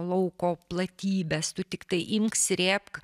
lauko platybės tu tiktai imk srėbk